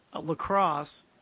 lacrosse